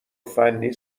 فنی